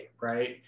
right